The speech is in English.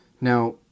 Now